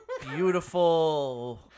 Beautiful